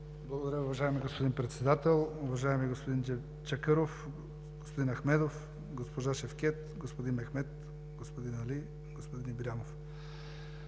Благодаря, уважаеми господин Председател. Уважаеми господин Чакъров, господин Мехмедов, госпожа Шевкед, господин Мехмед, господин Али, господин Ибрямов,